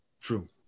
True